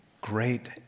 great